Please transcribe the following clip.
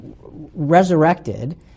resurrected